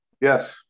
yes